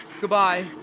Goodbye